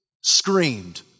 screamed